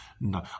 No